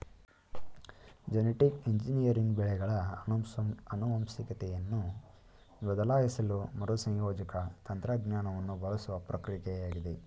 genetic engineering ಬೆಳೆಗಳ ಆನುವಂಶಿಕತೆಯನ್ನು ಬದಲಾಯಿಸಲು ಮರುಸಂಯೋಜಕ ತಂತ್ರಜ್ಞಾನವನ್ನು ಬಳಸುವ ಪ್ರಕ್ರಿಯೆಯಾಗಿದೆ